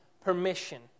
permission